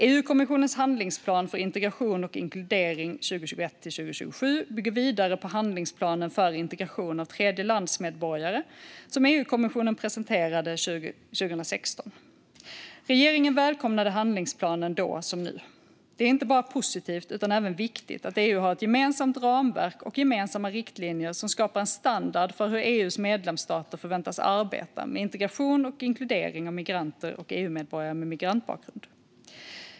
EU-kommissionens handlingsplan för integration och inkludering 2021-2027 bygger vidare på handlingsplanen för integration av tredjelandsmedborgare som EU-kommissionen presenterade 2016. Regeringen välkomnade handlingsplanen då som nu. Det är inte bara positivt utan även viktigt att EU har ett gemensamt ramverk och gemensamma riktlinjer som skapar en standard för hur EU:s medlemsstater förväntas arbeta med integration och inkludering av migranter och EU-medborgare med migrantbakgrund.